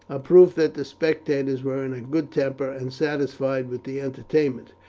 a proof that the spectators were in a good temper and satisfied with the entertainment.